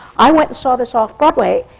i went and saw this off-broadway,